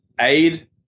aid